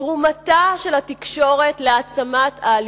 תרומתה של התקשורת להעצמת האלימות.